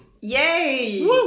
Yay